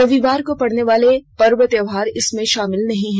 रविवार को पडनेवाले पर्व त्योहार इसमें शामिल नहीं हैं